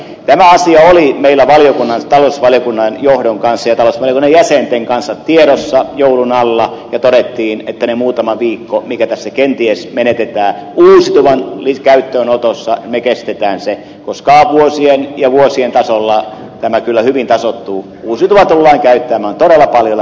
tämä asia oli meillä talousvaliokunnan johdon kanssa ja talousvaliokunnan jäsenten kanssa tiedossa joulun alla ja todettiin että ne muutamat viikot mitkä tässä kenties menetetään uusiutuvan käyttöönotossa me kestämme koska vuosien ja vuosien tasolla tämä kyllä hyvin tasoittuu uusilla tulleen käyttämän veneellä välillä